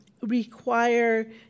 require